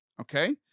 Okay